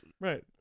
Right